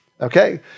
Okay